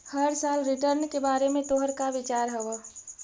हर साल रिटर्न के बारे में तोहर का विचार हवऽ?